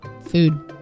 food